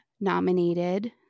nominated